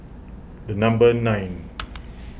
the number nine